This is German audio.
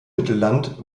mittelland